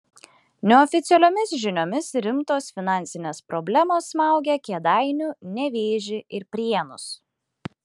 neoficialiomis žiniomis rimtos finansinės problemos smaugia kėdainių nevėžį ir prienus